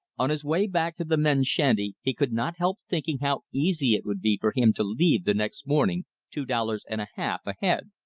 on his way back to the men's shanty he could not help thinking how easy it would be for him to leave the next morning two dollars and a half ahead.